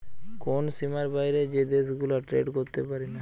কোন সীমার বাইরে যে দেশ গুলা ট্রেড করতে পারিনা